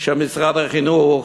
של משרד החינוך,